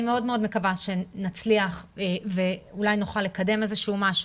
מאוד מאוד מקווה שנצליח ואולי נוכל לקדם איזה שהוא משהוא.